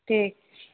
ठीक छै